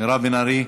מירב בן ארי,